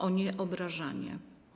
O nieobrażanie.